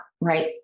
right